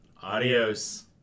Adios